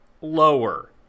lower